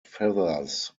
feathers